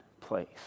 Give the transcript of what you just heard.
place